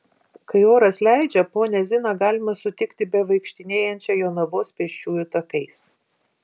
kai oras leidžia ponią ziną galima sutikti bevaikštinėjančią jonavos pėsčiųjų takais